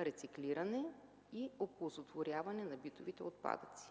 рециклиране и оползотворяване на битовите отпадъци.